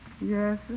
Yes